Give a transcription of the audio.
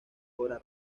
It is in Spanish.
cora